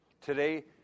Today